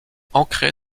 ancré